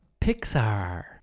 Pixar